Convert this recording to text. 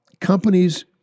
companies